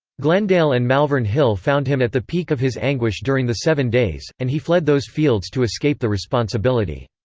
glendale and malvern hill found him at the peak of his anguish during the seven days, and he fled those fields to escape the responsibility.